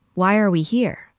why are we here?